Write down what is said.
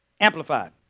Amplified